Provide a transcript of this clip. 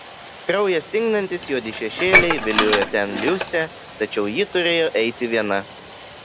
kraują stingdantys juodi šešėliai viliojo ten liusę tačiau ji turėjo eiti viena